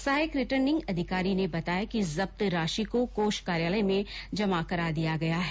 सहायक रिटर्निंग अधिकारी ने बताया कि जब्त राशि को कोष कार्यालय में जमा करा दिया गया है